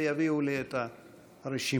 ויביאו לי את הרשימה.